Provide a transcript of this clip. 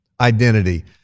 identity